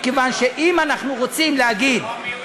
מכיוון שאם אנחנו רוצים להגיד,